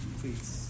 please